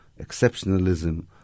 exceptionalism